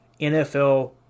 NFL